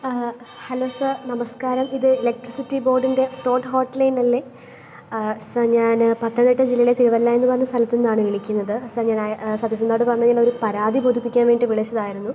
hello sir നമസ്ക്കാരം ഇത് electricity ബോര്ഡിന്റെ സ്ലോട്ട് ഹോട്ട്ലൈന് അല്ലേ സര് ഞാൻ പത്തനംതിട്ട ജില്ലയിലെ തിരുവല്ല എന്നു പറഞ്ഞ സ്ഥലത്ത് നിന്നാണ് വിളിക്കുന്നത് സര് ഞാന് സത്യസന്ധമായിട്ട് പറഞ്ഞു കഴിഞ്ഞാൽ ഒരു പരാതി ബോധിപ്പിക്കാന് വേണ്ടിയിട്ട് വിളിച്ചതായിരുന്നു